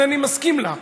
אינני מסכים לה,